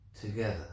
together